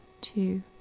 two